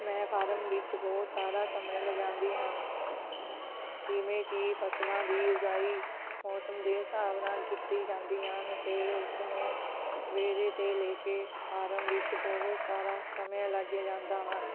ਮੈਂ ਫਾਰਮ ਵਿੱਚ ਬਹੁਤ ਸਾਰਾ ਸਮਾਂ ਲਗਾਉਂਦੀ ਹਨ ਜਿਵੇਂ ਕਿ ਫਸਲਾਂ ਦੀ ਉਗਾਈ ਮੌਸਮ ਦੇ ਹਿਸਾਬ ਨਾਲ ਕੀਤੀ ਜਾਂਦੀ ਹਨ ਅਤੇ ਉਸਨੂੰ ਸਵੇਰੇ ਤੋਂ ਲੈ ਕੇ ਫਾਰਮ ਵਿੱਚ ਬਹੁਤ ਸਾਰਾ ਸਮਾਂ ਲੱਗ ਜਾਂਦਾ ਹਨ